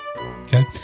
Okay